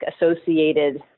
associated